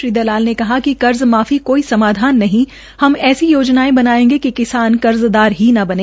श्री दलाल ने कहा कि कर्ज माफी कोई समाधान नहीं हम ऐसी योजनाएं बनाएंगे कि किसान कर्जदार ही ना बने